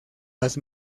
las